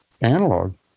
analog